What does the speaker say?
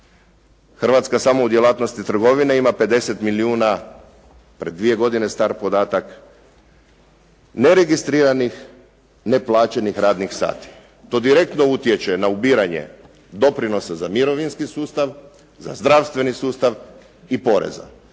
Hrvatska samo u djelatnosti trgovine ima 50 milijuna pred dvije godine star podatak neregistriranih, neplaćenih radnih sati. To direktno utječe na ubiranje doprinosa za mirovinski sustav, za zdravstveni sustav i poreza.